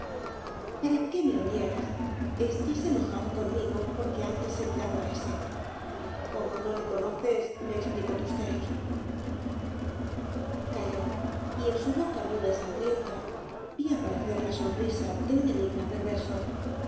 para qué me lo niegas estás enojado conmigo porque antes he mirado á ése como no le conoces me explico tus celos calló y en su boca muda y sangrienta vi aparecer la sonrisa de un enigma perverso